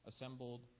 assembled